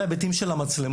בהיבט של המצלמות.